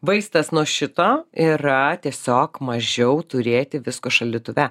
vaistas nuo šito yra tiesiog mažiau turėti visko šaldytuve